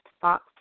fox